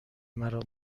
مرا